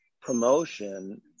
promotion